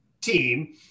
team